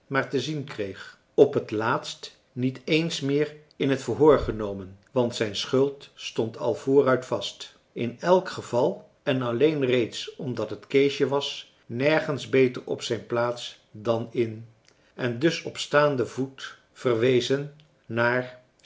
maar te zien kreeg op het laatst niet eens meer in het verhoor genomen want zijn schuld stond al vooruit vast in elk geval en alleen reeds omdat het keesje was nergens beter op zijn plaats dan in en dus op staanden voet verwezen naar